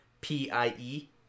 P-I-E